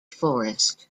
forest